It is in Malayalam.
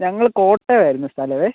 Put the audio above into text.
ഞങ്ങൾ കോട്ടയം ആയിരുന്നു സ്ഥലമേ